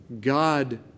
God